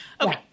okay